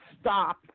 stop